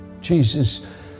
Jesus